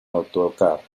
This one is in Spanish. autocar